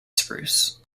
spruce